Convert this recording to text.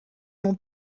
mon